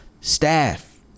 staff